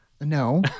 No